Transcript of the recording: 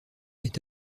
est